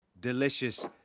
Delicious